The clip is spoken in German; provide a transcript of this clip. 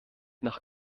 nach